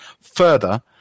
Further